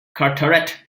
carteret